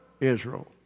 Israel